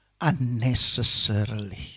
unnecessarily